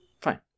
Fine